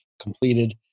completed